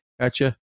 Gotcha